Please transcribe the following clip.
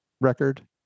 record